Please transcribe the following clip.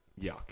Yuck